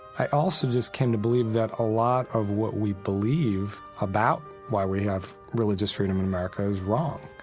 i also just came to believe that a lot of what we believe, about why we have religious freedom in america, is wrong.